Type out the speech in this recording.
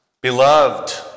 Beloved